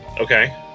Okay